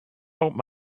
hope